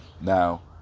Now